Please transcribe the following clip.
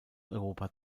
europa